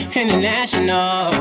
international